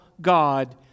God